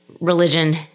religion